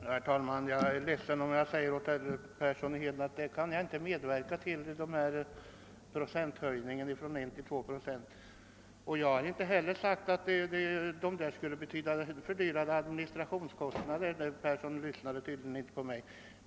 Herr talman! Jag är ledsen att behöva säga till herr Persson i Heden att jag inte vill medverka till ett beslut om en höjning av procenttalet från en till två. Jag har inte heller sagt att en höjning skulle innebära en stegrad administrationskostnad. Herr Persson lyssnade tydligen inte på mig ordentligt.